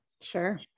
Sure